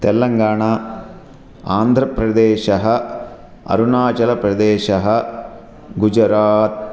तेलङ्गाण आन्ध्रप्रदेशः अरुणाचलप्रदेशः गुजरात्